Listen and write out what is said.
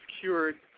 cured